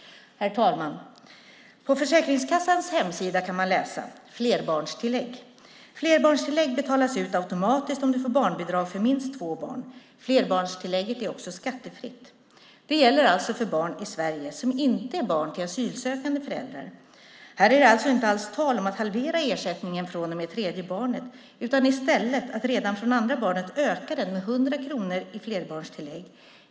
Herr talman! På Försäkringskassans hemsida kan man läsa om flerbarnstillägget. Där står det: Flerbarnstillägg betalas ut automatiskt om du får barnbidrag för minst två barn. Flerbarnstillägget är också skattefritt. Det gäller alltså för barn i Sverige som inte är barn till asylsökande föräldrar. Här är det inte alls tal om att halvera ersättningen från och med det tredje barnet utan i stället om att redan från det andra barnet öka den med 100 kronor i flerbarnstillägg.